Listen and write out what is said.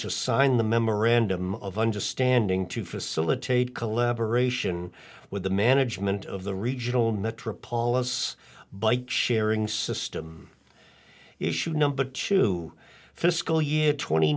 to sign the memorandum of understanding to facilitate collaboration with the management of the regional metropolitans bike sharing system issue number two fiscal year twenty